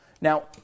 Now